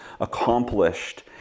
accomplished